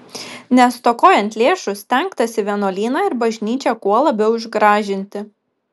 nestokojant lėšų stengtasi vienuolyną ir bažnyčią kuo labiau išgražinti